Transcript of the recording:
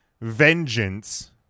Vengeance